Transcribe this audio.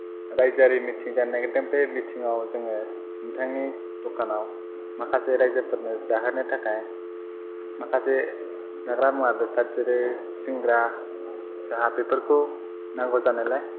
राइजोयारि मिथिं जानो नागिरदों बे मिथिङाव जोङो नोंथांनि दखानाव माखासे राइजोफोरनो जाहोनो थाखाय माखासे जाग्रा मुवा बेसाद जेरै सिंग्रा साहा बेफोरखौ नांगौ जानायलाय